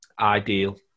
ideal